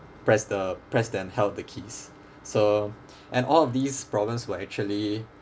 press the press then held the keys so and all of these problems were actually